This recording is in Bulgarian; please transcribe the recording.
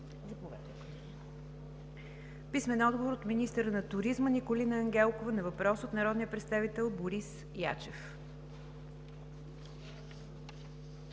Цонков; - министъра на туризма Николина Ангелкова на въпрос от народния представител Борис Ячев.